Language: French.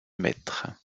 maître